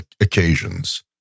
occasions